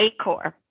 Acor